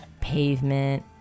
Pavement